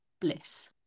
bliss